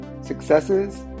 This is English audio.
successes